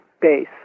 base